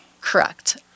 Correct